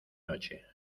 noche